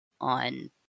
on